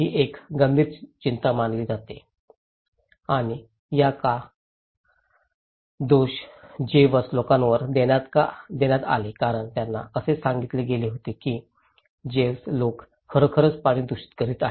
ही एक गंभीर चिंता मानली जाते आणि या का दोष जेव्हस लोकांवर देण्यात आले कारण त्यांना असे सांगितले गेले होते की जेव्हस लोक खरोखरच पाणी दूषित करीत आहेत